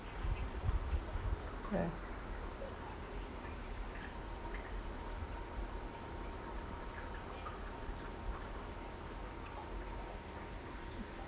ya